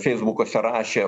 feisbukuose rašė